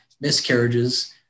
miscarriages